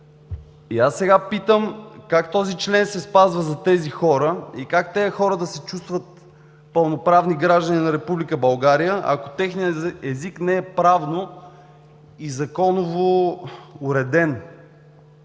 Сега питам как този член се спазва за тези хора и как тези хора да се чувстват пълноправни граждани на Република България, ако техният език не е правно и законово уреден?